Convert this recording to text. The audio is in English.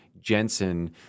Jensen